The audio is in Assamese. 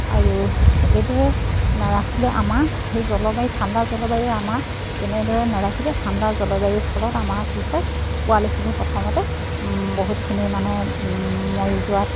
আৰু এইদৰে নাৰাখিলে আমাৰ সেই জলবায়ু ঠাণ্ডা জলবায়ু আমাৰ এনেদৰে নাৰাখিলে ঠাণ্ডা জলবায়ুৰ ফলত আমাৰ কি হয় পোৱালিখিনি প্ৰথমতে বহুতখিনি মানে মৰি যোৱাত